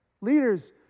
Leaders